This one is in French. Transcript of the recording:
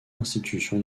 institutions